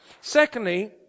Secondly